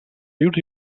rius